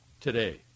today